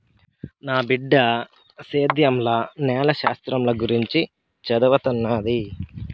నా సిన్న బిడ్డ సేద్యంల నేల శాస్త్రంల గురించి చదవతన్నాది